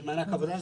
של מענק העבודה?